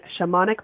shamanic